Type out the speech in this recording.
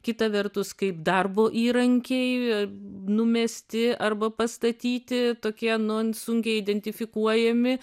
kita vertus kaip darbo įrankiai numesti arba pastatyti tokie non sunkiai identifikuojami